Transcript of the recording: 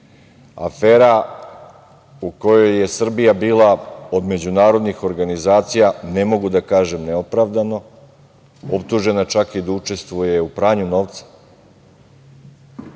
afera u kojoj je Srbija bila od međunarodnih organizacija, ne mogu da kažem neopravdano, optužena čak i da učestvuje u pranju novca.